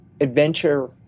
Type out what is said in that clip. adventure